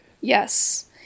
Yes